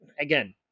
again